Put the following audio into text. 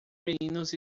meninos